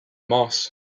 moss